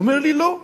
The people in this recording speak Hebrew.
הוא אומר לי: לא.